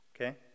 okay